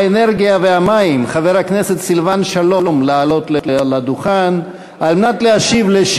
האנרגיה והמים חבר הכנסת סילבן שלום לעלות לדוכן כדי להשיב על